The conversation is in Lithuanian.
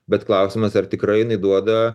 bet klausimas ar tikrai jinai duoda